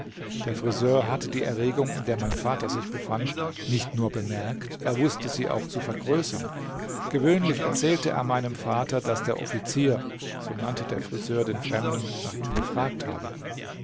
der friseur hatte die erregung in der mein vater sich befand nicht nur bemerkt er wußte sie auch zu vergrößern gewöhnlich erzählte er meinem vater daß der offizier so nannte der friseur den fremden nach ihm gefragt habe